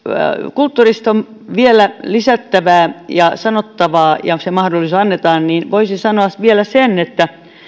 kulttuurista on vielä lisättävää ja sanottavaa ja se mahdollisuus annetaan niin voisin sanoa vielä sen että